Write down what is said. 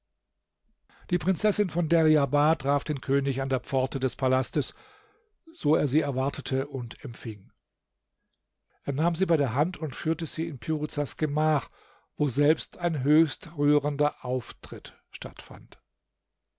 die prinzessin von deryabar traf den könig an der pforte des palastes so er sie erwartete und empfing er nahm sie bei der hand und führte sie in piruzas gemach woselbst ein höchst rührender auftritt statthafte